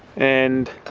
and